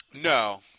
No